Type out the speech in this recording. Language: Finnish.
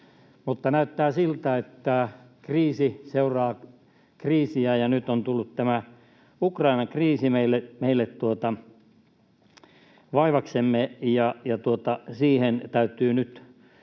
näyttää siltä, että kriisi seuraa kriisiä. Nyt on tullut tämä Ukrainan kriisi meille vaivaksemme, ja siihen täytyy nyt